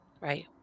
right